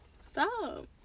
Stop